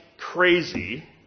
crazy